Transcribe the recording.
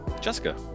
Jessica